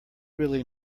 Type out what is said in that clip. really